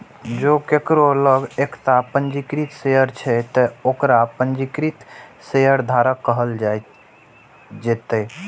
जों केकरो लग एकटा पंजीकृत शेयर छै, ते ओकरा पंजीकृत शेयरधारक कहल जेतै